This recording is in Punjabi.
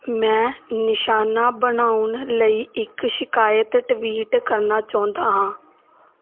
ਮੈਂ ਨਿਸ਼ਾਨਾ ਬਣਾਉਣ ਲਈ ਇੱਕ ਸ਼ਿਕਾਇਤ ਟਵੀਟ ਕਰਨਾ ਚਾਹੁੰਦਾ ਹਾਂ